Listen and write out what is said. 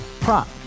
prop